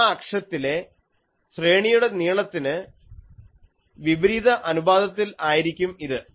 ആ അക്ഷത്തിലെ ശ്രേണിയുടെ നീളത്തിന് വിപരീത അനുപാതത്തിൽ ആയിരിക്കും ഇത്